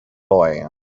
boy